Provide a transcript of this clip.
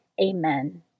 Amen